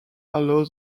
allow